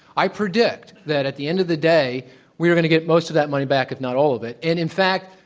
i predict that at the end of the day we are going to get most of that money back, if not all of it, and in fact,